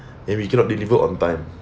and we cannot deliver on time